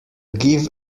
give